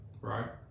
right